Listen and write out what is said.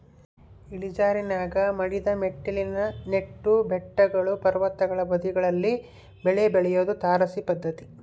ಇಳಿಜಾರಿನಾಗ ಮಡಿದ ಮೆಟ್ಟಿಲಿನ ನೆಟ್ಟು ಬೆಟ್ಟಗಳು ಪರ್ವತಗಳ ಬದಿಗಳಲ್ಲಿ ಬೆಳೆ ಬೆಳಿಯೋದು ತಾರಸಿ ಪದ್ಧತಿ